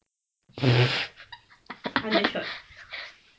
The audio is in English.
under short